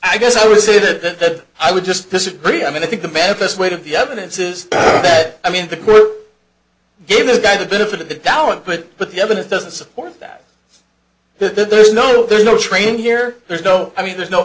i guess i would say that i would just disagree i mean i think the manifest weight of the evidence is that i mean the group gave the guy the benefit of the talent but but the evidence doesn't support that there's no there's no training here there's no i mean there's no